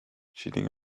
cheating